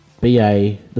B-A